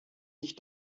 sich